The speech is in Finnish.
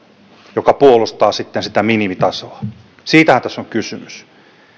joka puolustaa sitten sitä minimitasoa siitähän tässä on kysymys